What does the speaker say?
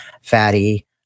fatty